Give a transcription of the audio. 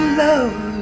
love